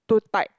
too tight